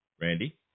Randy